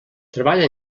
treballa